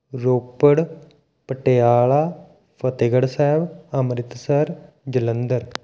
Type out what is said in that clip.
Ropar Patiala Fatehgarh Sahib Amritsar Jalandhar